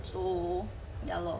so ya lor